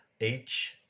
H-